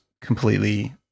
completely